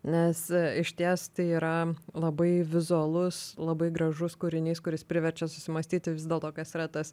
nes išties tai yra labai vizualus labai gražus kūrinys kuris priverčia susimąstyti vis dėlto kas yra tas